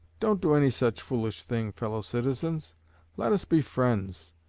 don't do any such foolish thing, fellow-citizens. let us be friends,